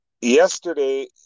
Yesterday